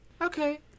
Okay